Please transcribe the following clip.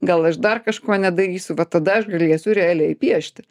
gal aš dar kažko nedarysiu va tada aš galėsiu realiai piešti